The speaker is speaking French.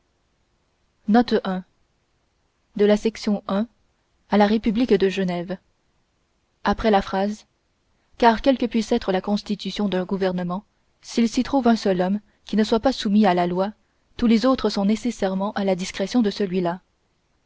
car quelle que puisse être la constitution d'un gouvernement s'il s'y trouve un seul homme qui ne soit pas soumis à la loi tous les autres sont nécessairement à la discrétion de celui-là